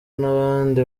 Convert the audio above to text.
n’abandi